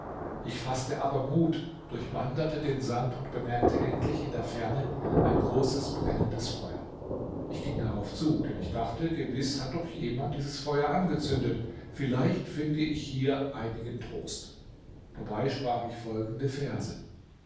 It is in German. ich faßte aber mut durchwanderte den sand und bemerkte endlich in der ferne ein großes brennendes feuer ich ging darauf zu denn ich dachte gewiß hat doch jemand dieses feuer angezündet vielleicht finde ich hier einigen trost dabei sprach ich folgende verse